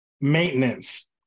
Maintenance